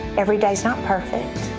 every day is not perfect.